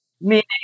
Meaning